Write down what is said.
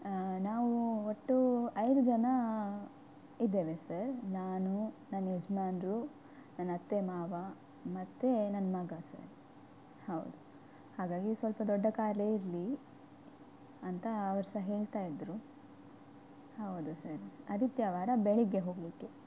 ನಾವು ಒಟ್ಟು ಐದು ಜನ ಇದ್ದೇವೆ ಸರ್ ನಾನು ನನ್ನ ಯಜಮಾನ್ರು ನನ್ನ ಅತ್ತೆ ಮಾವ ಮತ್ತು ನನ್ನ ಮಗ ಸರ್ ಹೌದು ಹಾಗಾಗಿ ಸ್ವಲ್ಪ ದೊಡ್ಡ ಕಾರೇ ಇರಲಿ ಅಂತ ಅವ್ರು ಸಹ ಹೇಳ್ತಾ ಇದ್ದರು ಹೌದು ಸರ್ ಆದಿತ್ಯವಾರ ಬೆಳಗ್ಗೆ ಹೋಗಲಿಕ್ಕೆ